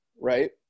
Right